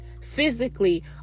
Physically